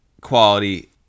quality